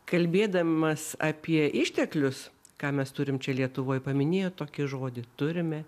kalbėdamas apie išteklius ką mes turim čia lietuvoj paminėjot tokį žodį turime